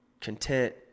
content